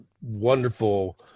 wonderful